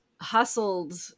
hustled